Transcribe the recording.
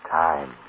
time